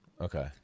Okay